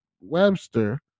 Webster